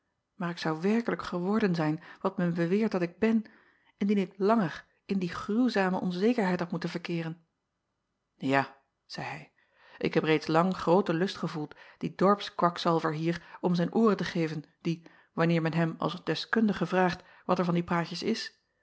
maar ik zou werkelijk geworden zijn wat men beweert dat ik ben indien ik langer in die gruwzame onzekerheid had moeten verkeeren a zeî hij ik heb reeds lang grooten lust gevoeld dien dorpskwakzalver hier om zijn ooren te geven die wanneer men hem als deskundige vraagt wat er van die praatjes is